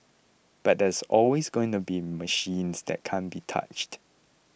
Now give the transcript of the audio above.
but there's always going to be machines that can't be touched